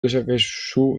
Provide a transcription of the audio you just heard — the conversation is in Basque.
dezakezu